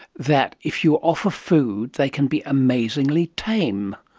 that if you offer food they can be amazingly tame.